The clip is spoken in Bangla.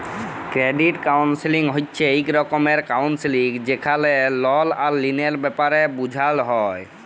ক্রেডিট কাউল্সেলিং হছে ইক রকমের কাউল্সেলিং যেখালে লল আর ঋলের ব্যাপারে বুঝাল হ্যয়